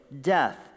death